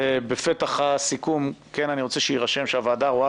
בפתח הסיכום כן אני רוצה שיירשם שהוועדה רואה